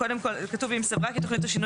קודם כל כתוב אם סברה כי תכנית השינוי